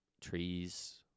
Trees